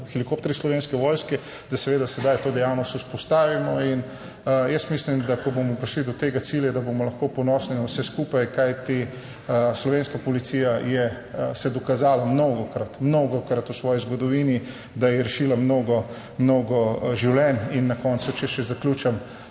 helikopterji Slovenske vojske, da seveda sedaj to dejavnost vzpostavimo. In jaz mislim, da ko bomo prišli do tega cilja, da bomo lahko ponosni na vse skupaj, kajti slovenska policija je se dokazala mnogokrat, mnogokrat v svoji zgodovini, da je rešila mnogo, mnogo življenj. In na koncu, če še zaključim,